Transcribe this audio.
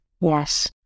Yes